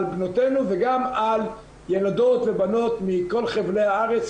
על בנותינו וגם על ילדות ובנות מכל חבלי הארץ,